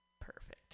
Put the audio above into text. Perfect